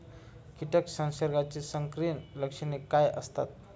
कीटक संसर्गाची संकीर्ण लक्षणे काय असतात?